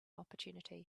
opportunity